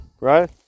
right